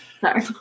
Sorry